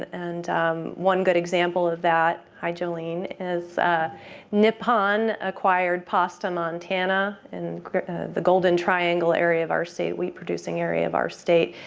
and one good example of that hi jolene is nippon acquired pasta montana in the golden triangle area of our state wheat producing area of our state.